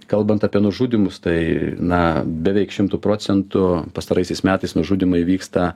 kalbant apie nužudymus tai na beveik šimtu procentų pastaraisiais metais nužudymai vyksta